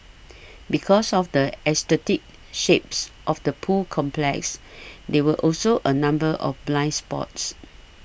because of the aesthetic shapes of the pool complex there were also a number of blind spots